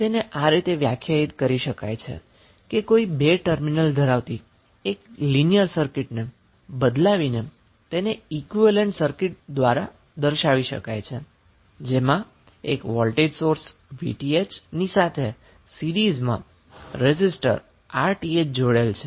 તો તેને આ રીતે વ્યાખ્યાયિત કરી શકાય છે કે કોઈ 2 ટર્મિનલ ધરાવતી એક લિનિયર સર્કિટ ને બદલાવીને તેને ઈક્વીવેલેન્ટ સર્કિટ દ્વારા દર્શાવી શકાય છે જેમાં એક વોલ્ટેજ સોર્સ Vth ની સાથે સીરીઝમાં રેઝિસ્ટર Rth જોડેલ છે